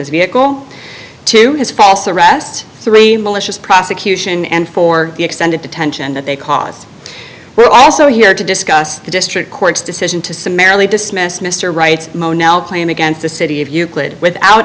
his vehicle to his false arrest three malicious prosecution and four extended detention that they caused we're also here to discuss the district court's decision to summarily dismiss mr right now claim against the city of euclid without